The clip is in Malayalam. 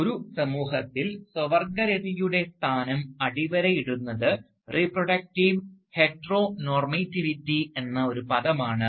അതിനാൽ ഒരു സമൂഹത്തിൽ സ്വവർഗരതിയുടെ സ്ഥാനം അടിവരയിടുന്നത് റീപ്രഡക്റ്റിവ് ഹെക്ടറോനോർമറ്റിവിറ്റി എന്ന ഒരു പദമാണ്